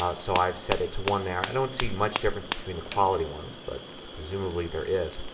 ah so i've set it to one there. i don't see much different between the quality ones but presumably there is.